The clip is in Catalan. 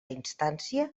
instància